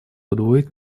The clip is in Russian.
удвоить